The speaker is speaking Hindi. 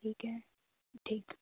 ठीक है ठीक